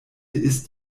isst